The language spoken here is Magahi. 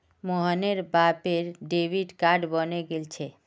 मोहनेर बापेर डेबिट कार्ड बने गेल छे